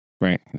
Right